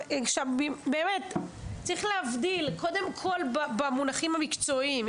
באמת, צריך להבדיל קודם כל במונחים המקצועיים.